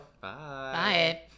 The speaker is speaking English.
Bye